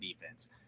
defense